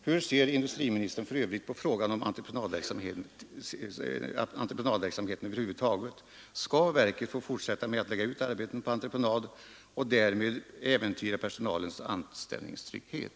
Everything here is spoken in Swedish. Hur ser industriministern för övrigt på frågan om entreprenadverksamheten över huvud taget? Skall verket få fortsätta med att lägga ut arbeten på entreprenad och därmed äventyra personalens anställningstrygghet?